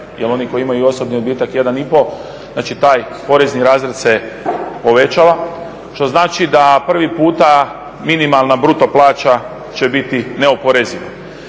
jel oni koji imaju osobni odbitak 1,5 taj porezni razred se povećava, što znači da prvi puta minimalna bruto plaća će biti neoporeziva.